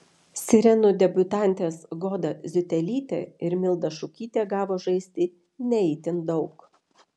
sirenų debiutantės goda ziutelytė ir milda šukytė gavo žaisti ne itin daug